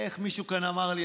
איך מישהו כאן אמר לי?